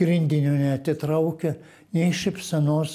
grindinio neatitraukia nei šypsenos